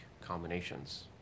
combinations